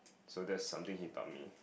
so that's something he taught me